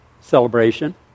celebration